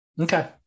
Okay